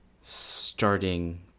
starting